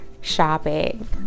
shopping